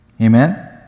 Amen